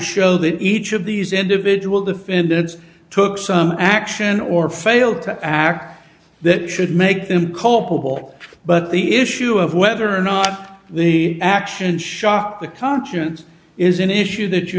show that each of these individual defendants took some action or failed to act that should make them culpable but the issue of whether or not the action shock the conscience is an issue that you